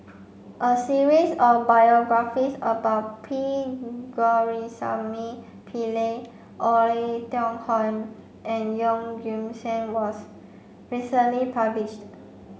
a series of biographies about P Govindasamy Pillai Oei Tiong Ham and Yeoh Ghim Seng was recently published